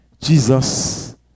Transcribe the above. Jesus